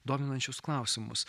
dominančius klausimus